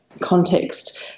context